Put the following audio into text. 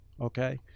Okay